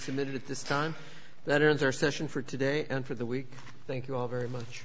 emitted at this time that answer session for today and for the week thank you all very much